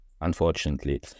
unfortunately